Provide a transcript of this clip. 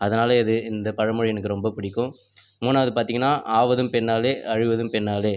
அதனால் இது இந்த பழமொழி எனக்கு ரொம்ப பிடிக்கும் மூணாது பார்த்தீங்கன்னா ஆவதும் பெண்ணாலே அழிவதும் பெண்ணாலே